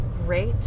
great